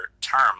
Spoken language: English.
term